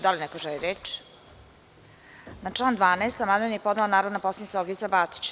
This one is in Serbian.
Da li ne ko želi reč? (Ne.) Na član 12. amandman je podnela narodna poslanica Olgica Batić.